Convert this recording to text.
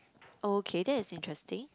oh K that is interesting